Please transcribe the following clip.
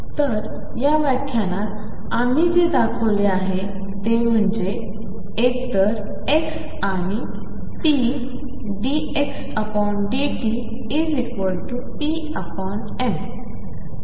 तर या व्याख्यानात आम्ही जे दाखवले आहे ते म्हणजे एक तर x आणि p ddt⟨x⟩⟨p⟩m